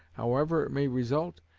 however it may result,